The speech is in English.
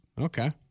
Okay